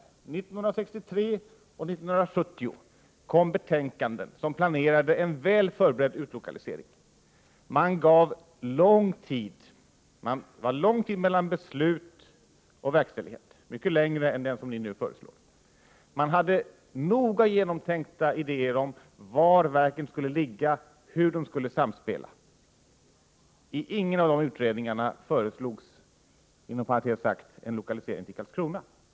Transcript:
År 1963 och 1970 kom betänkanden som lade grunden för denna utlokalisering. Man gav lång tid mellan beslut och verkställighet, mycket längre än den ni nu föreslår. Man hade noga genomtänkta idéer om var verken skulle ligga och hur de skulle samspela. I ingen av dessa utredningar föreslogs inom parentes sagt en lokalisering till Karlskrona.